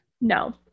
No